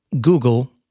Google